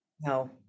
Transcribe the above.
No